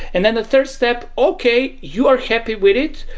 and then the third step, okay. you are happy with it.